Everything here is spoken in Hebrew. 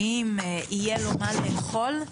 האם יהיה לו מה לאכול?